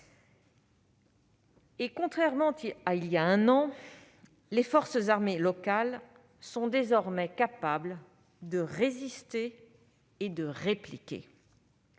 Contrairement à il y a un an, les forces armées locales sont désormais capables de résister et de répliquer.